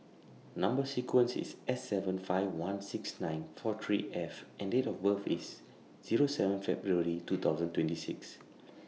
Number sequence IS S seven five one six nine four three F and Date of birth IS Zero seven February two thousand twenty six